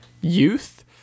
youth